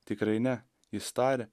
tikrai ne jis taria